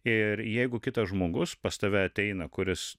ir jeigu kitas žmogus pas tave ateina kuris